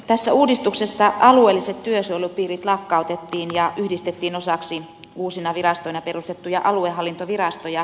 tässä uudistuksessa alueelliset työsuojelupiirit lakkautettiin ja yhdistettiin osaksi uusina virastoina perustettuja aluehallintovirastoja